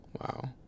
wow